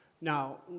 Now